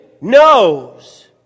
knows